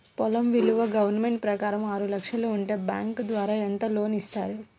పొలం విలువ గవర్నమెంట్ ప్రకారం ఆరు లక్షలు ఉంటే బ్యాంకు ద్వారా ఎంత లోన్ ఇస్తారు?